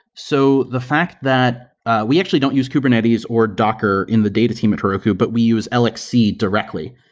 so the fact that we actually don't use kubernetes or docker in the data team at heroku, but we use lxc directly.